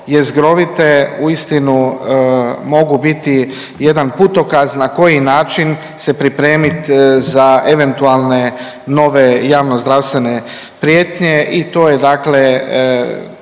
jezgrovite uistinu mogu biti jedan putokaz na koji način se pripremit za eventualne nove javnozdravstvene prijetnje i to je taksativno